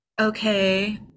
okay